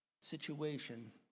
situation